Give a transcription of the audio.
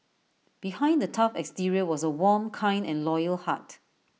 behind the tough exterior was A warm kind and loyal heart